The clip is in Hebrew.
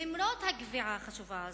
למרות הקביעה החשובה הזאת,